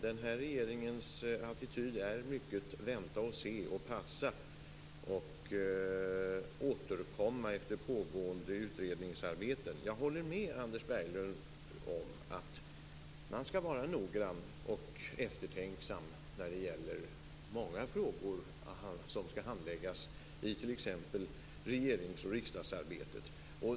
Denna regerings attityd är mycket att vänta, se, passa och återkomma efter pågående utredningsarbeten. Jag håller med Anders Berglöv om att man skall vara noggrann och eftertänksam i många frågor som skall handläggas i regerings och riksdagsarbetet.